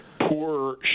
poor